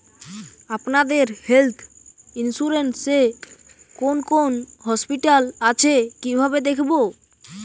আপনাদের health insurance এ কোন কোন হসপিটাল আছে কিভাবে দেখবো?